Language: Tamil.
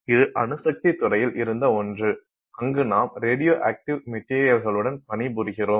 இது அணுசக்தித் துறையில் இருந்த ஒன்று அங்கு நாம் ரேடியோஅக்டீவ் மெட்டீரியல்களுடன் பணிபுரிகிறோம்